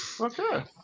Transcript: Okay